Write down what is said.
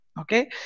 okay